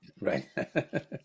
Right